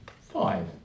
Five